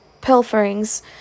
pilferings